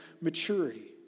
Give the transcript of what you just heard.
maturity